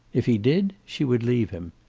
if he did, she would leave him.